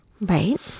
Right